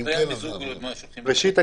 ראשית,